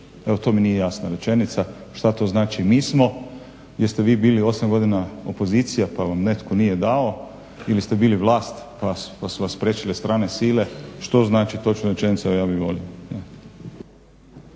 Evo, to mi nije jasna rečenica. Što to znači mi smo? Jeste vi bili 8 godina opozicija pa vam netko nije dao ili ste bili vlast pa su vas spriječile strane sile? Što znači točno rečenica, evo ja bih molio.